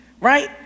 right